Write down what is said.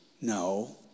No